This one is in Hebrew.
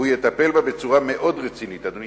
הוא יטפל בה בצורה מאוד רצינית, אדוני.